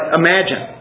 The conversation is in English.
imagine